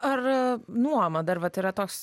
ar nuoma dar vat yra toks